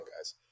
guys